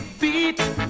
beat